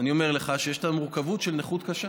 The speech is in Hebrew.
אני אומר לך, יש עם המורכבות של נכות קשה.